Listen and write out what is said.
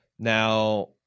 Now